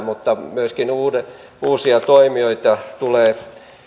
mutta myöskin uusia toimijoita tulee